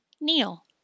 kneel